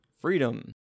freedom